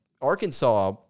Arkansas